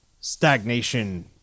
stagnation